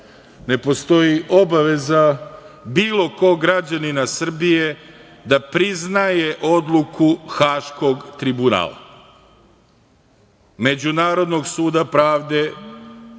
ne postoji obaveza bilo kog građanina Srbije da priznaje odluku Haškog tribunala. Međunarodnog suda pravde,